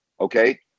okay